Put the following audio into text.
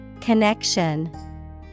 Connection